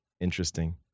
Interesting